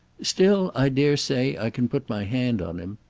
still, i dare say i can put my hand on him.